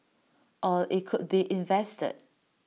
or IT could be invested